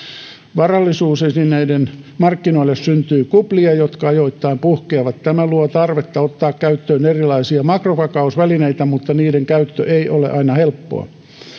varallisuusesineiden markkinoille syntyy kuplia jotka ajoittain puhkeavat tämä luo tarvetta ottaa käyttöön erilaisia makrovakausvälineitä mutta niiden käyttö ei ole aina helppoa